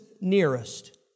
nearest